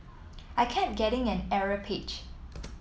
I kept getting an error page